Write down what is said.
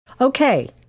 Okay